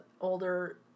older